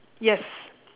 yes